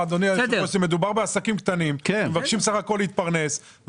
מדובר בעסקים קטנים שבסך הכול מבקשים להתפרנס.